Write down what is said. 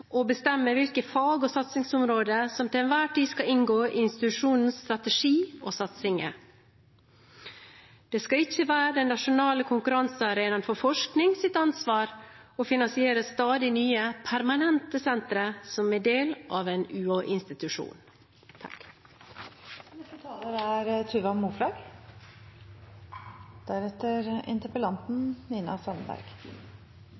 å bestemme hvilke fag og satsingsområder som til enhver tid skal inngå i institusjonens strategi og satsinger. Det skal ikke være den nasjonale konkurransearenaen for forsknings ansvar å finansiere stadig nye permanente sentre som er del av en